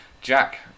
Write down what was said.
Jack